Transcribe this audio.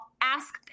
ask